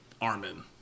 Armin